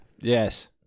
Yes